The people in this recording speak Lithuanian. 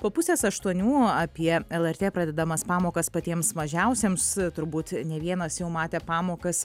po pusės aštuonių apie lrt pradedamas pamokas patiems mažiausiems turbūt ne vienas jau matė pamokas